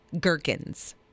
Gherkins